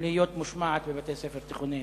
להיות מושמעת בבתי-ספר תיכוניים?